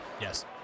Yes